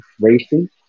racing